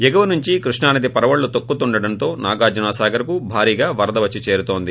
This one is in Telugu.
ఎగువ నుంచి కృష్ణా నది పరవళ్లు తొక్కుతుండడంతో నాగార్దున సాగర్ కు భారీగా వరద వచ్చి చేరుతోంది